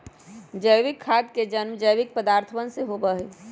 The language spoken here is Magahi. जैविक खाद के जन्म जैविक पदार्थवन से होबा हई